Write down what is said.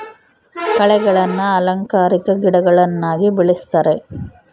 ಕಳೆಗಳನ್ನ ಅಲಂಕಾರಿಕ ಗಿಡಗಳನ್ನಾಗಿ ಬೆಳಿಸ್ತರೆ